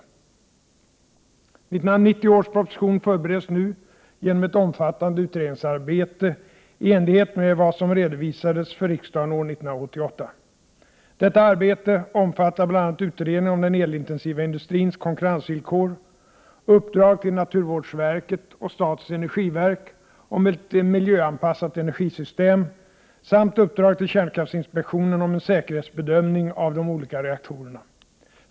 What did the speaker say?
1990 års proposition förbereds nu genom ett omfattande utredningsarbete, i enlighet med vad som redovisades för riksdagen år 1988. Detta arbete omfattar bl.a. utredningen om den elintensiva industrins konkurrensvillkor, uppdrag till naturvårdsverket och statens energiverk om ett miljöanpassat energisystem samt uppdrag till kärnkraftsinspektionen om en säkerhetsbedömning av de olika reaktorerna.